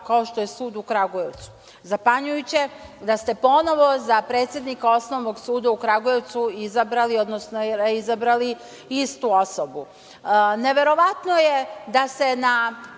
kao što je sud u Kragujevcu. Zapanjujuće da ste ponovo za predsednika Osnovnog suda u Kragujevcu izabrali odnosno reizabrali istu osobu. Neverovatno je da se na